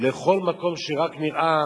לכל מקום שרק נראה